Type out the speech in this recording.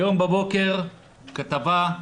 היום בבוקר הייתה כתבה,